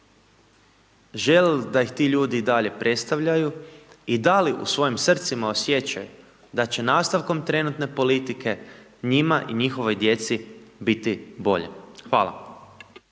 žele li da ih ti ljudi i dalje predstavljaju i da li u svojim srcima osjećaju da će nastavkom trenutne politike njima i njihovoj djeci biti bolje? Hvala.